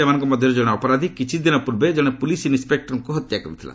ସେମାନଙ୍କ ମଧ୍ୟର୍ ଜଣେ ଅପରାଧୀ କିଛିଦିନ ପୂର୍ବେ ଜଣେ ପୁଲିସ ଇନ୍ସପେକ୍ଟରଙ୍କୁ ହତ୍ୟା କରିଥିଲା